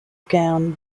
gown